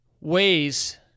ways